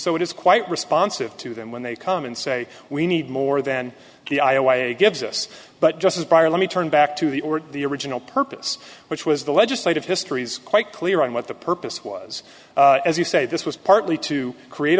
so it is quite responsive to them when they come and say we need more than the i o a gives us but just as a buyer let me turn back to the or the original purpose which was the legislative history is quite clear on what the purpose was as you say this was partly to create